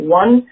one